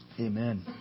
Amen